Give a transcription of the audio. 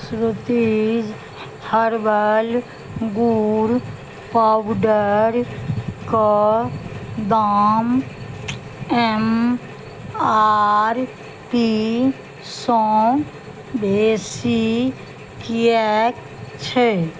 श्रुति herbal गुड़ पाउडरके दाम एम आर पी सँ बेसी किएक छै